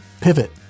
Pivot